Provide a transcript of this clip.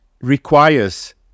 requires